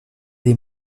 des